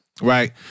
Right